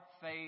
faith